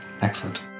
Excellent